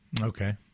Okay